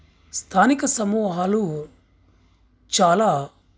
స్థానిక సమూహాలు చాలా